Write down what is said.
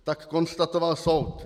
Tak konstatoval soud.